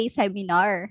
seminar